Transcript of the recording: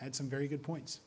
had some very good points